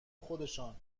خودشان